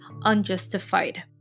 unjustified